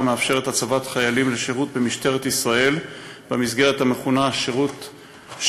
המאפשרת הצבת חיילים לשירות במשטרת ישראל במסגרת המכונה שח״ם,